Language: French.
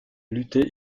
lutter